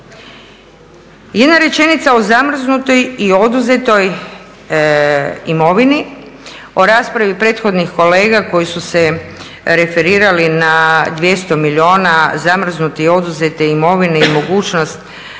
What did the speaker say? Jedna rečenica u zamrznutoj i oduzetoj imovini o raspravi prethodnih kolega koji su se referirali na 200 milijuna zamrznute i oduzete imovine i mogućnost